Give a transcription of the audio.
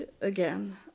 again